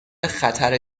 خطر